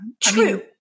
True